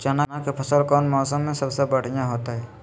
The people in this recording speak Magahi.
चना के फसल कौन मौसम में सबसे बढ़िया होतय?